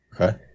Okay